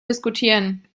diskutieren